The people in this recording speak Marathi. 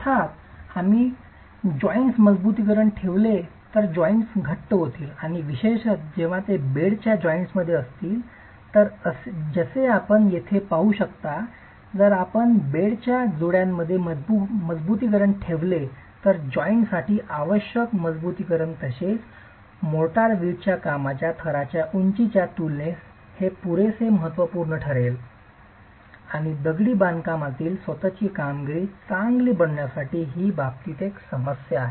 अर्थात आम्ही सांध्यामध्ये मजबुतीकरण ठेवले तर जॉइंट घट्ट होतील आणि विशेषत जेव्हा ते बेडच्या सांध्यामध्ये असतील तर जसे आपण येथे पाहू शकता जर आपण बेडच्या जोड्यांमध्ये मजबुतीकरण ठेवले तर सांध्यासाठी आवश्यक मजबुतीकरण तसेच मोर्टार वीटच्या कामाच्या थराच्या उंचीच्या तुलनेत हे पुरेसे महत्त्वपूर्ण ठरेल आणि दगडी बांधकामातील स्वत ची कामगिरी चांगली बनवण्याच्या बाबतीत ही समस्या आहे